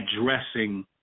Addressing